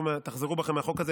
תחזרו בכם מהחוק הזה.